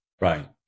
right